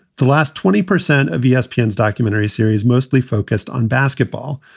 the last twenty percent of yeah espn and documentary series mostly focused on basketball,